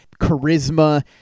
charisma